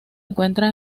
encuentra